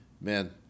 Man